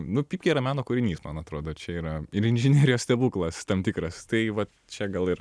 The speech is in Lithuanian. nu pypkė yra meno kūrinys man atrodo čia yra inžinerijos stebuklas tam tikras tai va čia gal ir